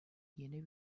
yeni